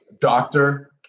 doctor